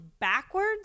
backwards